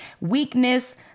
weakness